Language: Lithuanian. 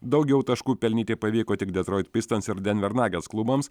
daugiau taškų pelnyti pavyko tik detroit pistans ir denver nagets klubams